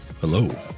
Hello